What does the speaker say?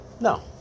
No